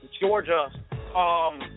Georgia